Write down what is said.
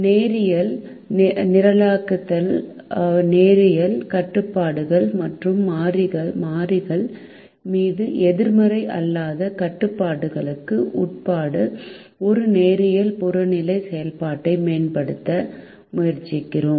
நேரியல் நிரலாக்கத்தில் நேரியல் கட்டுப்பாடுகள் மற்றும் மாறிகள் மீது எதிர்மறை அல்லாத கட்டுப்பாடுகளுக்கு உட்பட்டு ஒரு நேரியல் புறநிலை செயல்பாட்டை மேம்படுத்த முயற்சிக்கிறோம்